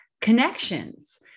connections